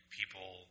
people